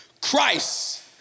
Christ